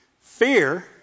Fear